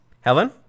Helen